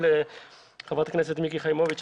חברת הכנסת מיקי חיימוביץ',